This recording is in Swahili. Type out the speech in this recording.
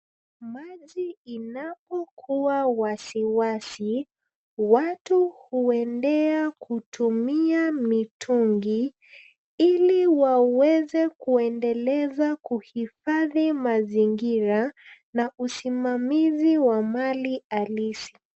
Maji inapokuwa wasiwasi, watu huendea kutumia mitungi ili waweze kuendeleza kuhifadhi mazingira na usimamizi wa mali halisi.